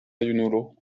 junulo